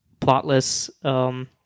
plotless